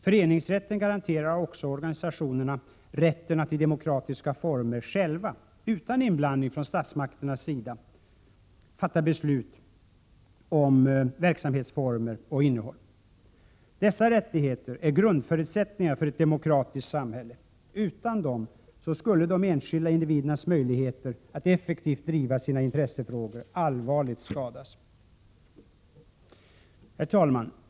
Föreningsrätten garanterar också organisationerna rätten att i demokratiska former själva, utan inblandning från statsmakternas sida, fatta beslut om verksamhetsformer och innehåll. Dessa rättigheter är grundförutsättningar för ett demokratiskt samhälle. Utan dem skulle de enskilda individernas möjligheter att effektivt driva sina intressefrågor allvarligt skadas. Herr talman!